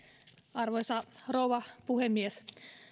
arvoisa rouva puhemies